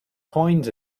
coins